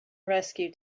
rescue